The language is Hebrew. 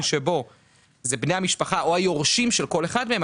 שבו זה בני המשפחה או היורשים של כל אחד מהם,